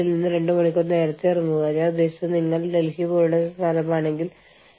Briscoe Schuler Claus Briscoe Schuler and Claus എന്നിവർ എഴുതിയ ഒരു പുസ്തകത്തിൽ നിന്നാണ് ഞാൻ ഈ വിവരങ്ങൾ എടുത്തത്